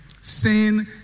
Sin